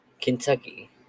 Kentucky